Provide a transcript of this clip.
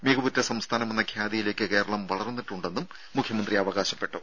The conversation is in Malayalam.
മികവുറ്റ സംസ്ഥാനമെന്ന ഖ്യാതിയിലേക്ക് കേരളം വളർന്നിട്ടുണ്ടെന്നും മുഖ്യമന്ത്രി അവകാശപ്പെട്ടു